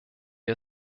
wir